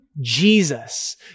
Jesus